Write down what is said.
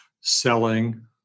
selling